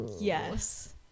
Yes